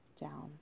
down